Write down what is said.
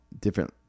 different